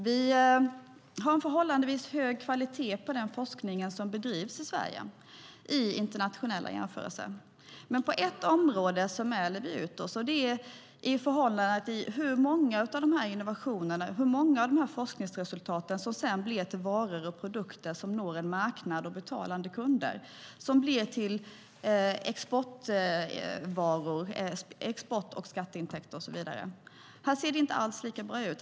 Vi har en förhållandevis hög kvalitet på den forskning som bedrivs i Sverige vid internationella jämförelser. Men på ett område mäler vi ut oss, och det är hur många av forskningsresultaten som sedan blir till varor och produkter som når en marknad och betalande kunder, som blir till export, skatteintäkter och så vidare. Här ser det inte alls lika bra ut.